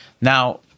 Now